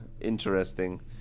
interesting